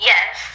Yes